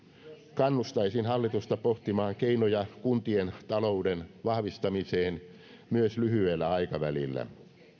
kannustaisin hallitusta pohtimaan keinoja kuntien talouden vahvistamiseen myös lyhyellä aikavälillä